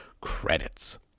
Credits